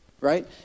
Right